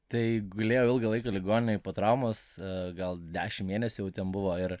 tai gulėjo ilgą laiką ligoninėj po traumos gal dešimt mėnesių jau ten buvo ir